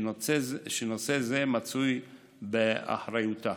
שנושא זה מצוי באחריותה.